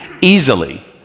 easily